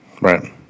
Right